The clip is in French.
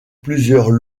plusieurs